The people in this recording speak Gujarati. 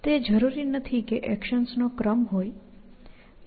તે જરૂરી નથી કે એક્શન્સનો ક્રમ હોય